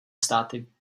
státy